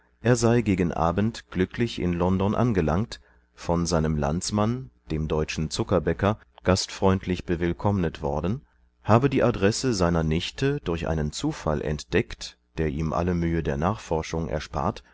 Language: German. er sei gegen abend glücklich in london angelangt von seinem landsmann demdeutschenzuckerbäcker gastfreundlichbewillkommnetworden habe die adresse seiner nichte durch einen zufall entdeckt der ihm alle mühe der nachforschung erspart